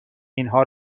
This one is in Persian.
اینها